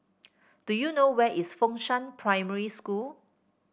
do you know where is Fengshan Primary School